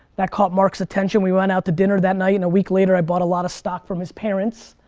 that caught mark's attention, we went out to dinner that night, and a week later i bought a lot of stock from his parents,